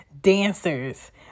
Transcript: dancers